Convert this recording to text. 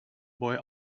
boy